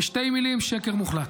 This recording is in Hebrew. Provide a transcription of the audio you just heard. בשתי מילים: שקר מוחלט.